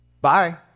Bye